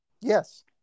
Yes